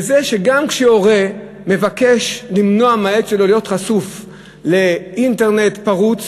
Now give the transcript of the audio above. שגם כשהורה מבקש למנוע מהילד שלו להיות חשוף לאינטרנט הוא חשוף.